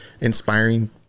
inspiring